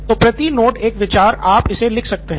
तो प्रति नोट एक विचार आप इसे लिख सकते हैं